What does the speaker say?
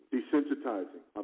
Desensitizing